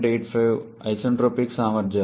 85 isentropic సామర్థ్యాలు